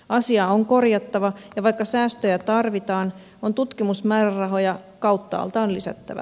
asia on korjattava ja vaikka säästöjä tarvitaan on tutkimusmäärärahoja kauttaaltaan lisättävä